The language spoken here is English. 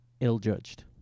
ill-judged